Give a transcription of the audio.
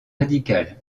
radicales